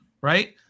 right